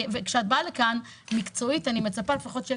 וכשאת באה לפה אני מצפה ממך שמקצועית יהיה